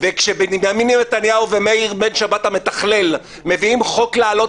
וכשבנימין נתניהו ומאיר בן שבת המתכלל מביאים חוק להעלות